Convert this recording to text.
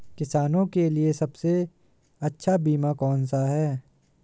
किसानों के लिए सबसे अच्छा बीमा कौन सा है?